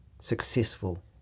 successful